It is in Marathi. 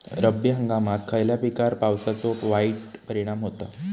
रब्बी हंगामात खयल्या पिकार पावसाचो वाईट परिणाम होता?